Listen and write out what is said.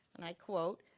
and i quote,